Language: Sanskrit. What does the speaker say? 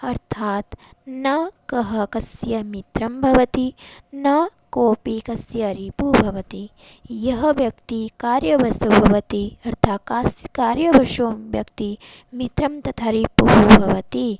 अर्थात् न कः कस्य मित्रं भवति न कोऽपि कस्य रिपुः भवति या व्यक्तिः कार्यव्यस्ता भवति अर्थात् कास् कार्यवशो व्यक्तिः मित्रं तथा रिपुः भवति